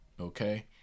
Okay